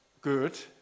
good